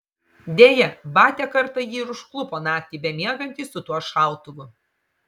deja batia kartą jį ir užklupo naktį bemiegantį su tuo šautuvu